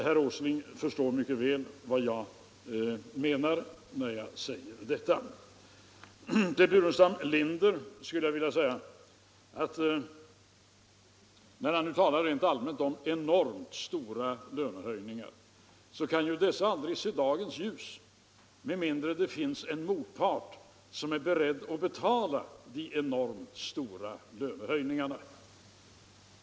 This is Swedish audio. Herr Åsling förstår mycket väl vad jag menar när jag säger detta. Herr Burenstam Linder talar rent allmänt om enormt stora lönehöjningar. Men sådana kan ju inte se dagens ljus om det inte finns en motpart som är beredd att betala de enormt stora lönehöjningarna.